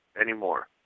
anymore